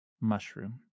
mushroom